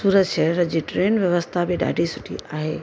सूरत शहर जी ट्रेन व्यवस्था बि ॾाढी सुठी आहे